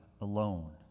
alone